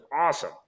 awesome